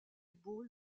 ball